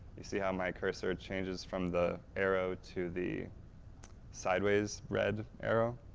you see how my cursor changes from the arrow to the sideways red arrow?